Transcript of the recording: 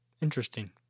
Interesting